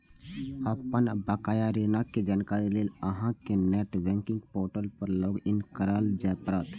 अपन बकाया ऋणक जानकारी लेल अहां कें नेट बैंकिंग पोर्टल पर लॉग इन करय पड़त